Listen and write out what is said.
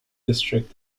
district